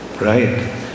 right